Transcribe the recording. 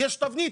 יש תבנית,